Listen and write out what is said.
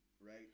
Right